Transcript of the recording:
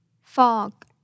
Fog